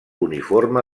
uniforme